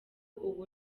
ubu